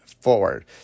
forward